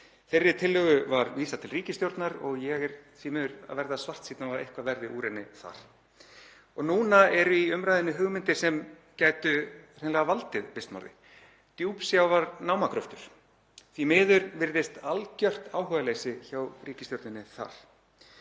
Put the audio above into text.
Þeirri tillögu var vísað til ríkisstjórnar og ég er því miður að verða svartsýnn á að eitthvað verði úr henni þar. Núna eru í umræðunni hugmyndir sem gætu hreinlega valdið vistmorði; djúpsjávarnámagröftur. Því miður virðist algjört áhugaleysi hjá ríkisstjórninni þar.